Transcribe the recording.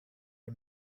are